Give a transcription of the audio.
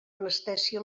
anestèsia